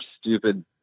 stupid